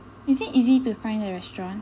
is it easy to find the restaurant